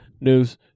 News